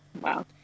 Wow